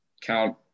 count